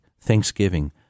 thanksgiving